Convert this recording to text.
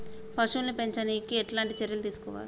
పశువుల్ని పెంచనీకి ఎట్లాంటి చర్యలు తీసుకోవాలే?